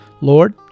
Lord